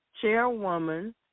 chairwoman